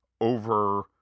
over